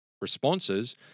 responses